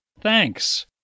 Thanks